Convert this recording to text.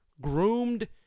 groomed